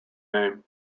name